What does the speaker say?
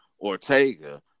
Ortega